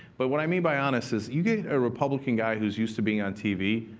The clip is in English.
but what i mean by honest is you get a republican guy who's used to being on tv,